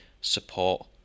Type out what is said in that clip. support